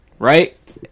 Right